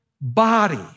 body